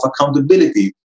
accountability